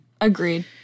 Agreed